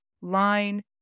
line